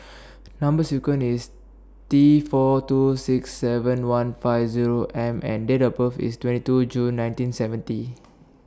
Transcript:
Number sequence IS T four two six seven one five Zero M and Date of birth IS twenty two June nineteen seventy